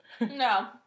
No